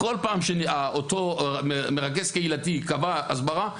כל פעם שאותו מרכז קהילתי קבע הסברה,